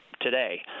today